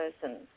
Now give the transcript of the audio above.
person